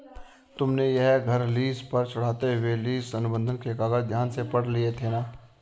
तुमने यह घर लीस पर चढ़ाते हुए लीस अनुबंध के कागज ध्यान से पढ़ लिए थे ना?